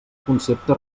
concepte